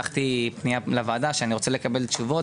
שלחתי פנייה לוועדה שאני רוצה לקבל תשובות